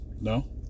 no